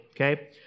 okay